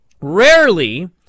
rarely